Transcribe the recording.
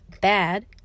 bad